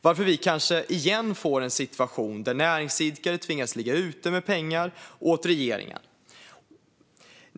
varför vi kanske återigen får en situation där näringsidkare tvingas ligga ute med pengar åt regeringen.